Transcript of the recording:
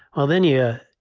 well, then, yeah,